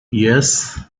yes